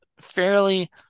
fairly